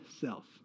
self